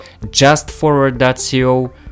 JustForward.co